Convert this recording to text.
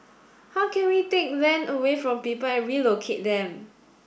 how can we take land away from people and relocate them